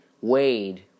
Wade